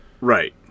Right